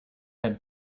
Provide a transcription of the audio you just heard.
had